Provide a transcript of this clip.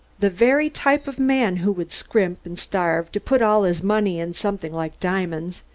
the very type of man who would scrimp and starve to put all his money in something like diamonds,